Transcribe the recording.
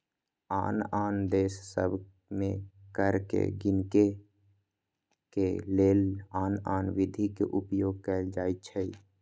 आन आन देश सभ में कर के गीनेके के लेल आन आन विधि के उपयोग कएल जाइ छइ